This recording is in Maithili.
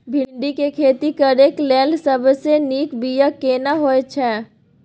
भिंडी के खेती करेक लैल सबसे नीक बिया केना होय छै?